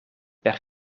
per